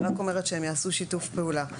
היא רק אומרת שהם יעשו שיתוף פעולה,